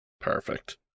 Perfect